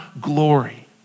glory